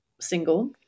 single